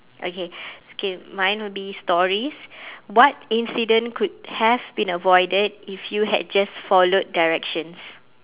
okay okay mine would be stories what incident could have been avoided if you had just followed directions